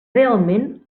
realment